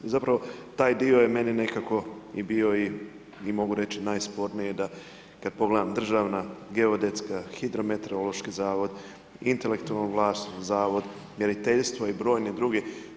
Zapravo, taj dio je meni nekako i bio i mogu reći najsporniji da kad pogledam državna, geodetska, Hidrometeorološki zavod, intelektualno vlasništvo zavod, mjeriteljstvo i brojni drugi.